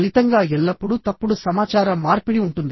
ఫలితంగా ఎల్లప్పుడూ తప్పుడు సమాచార మార్పిడి ఉంటుంది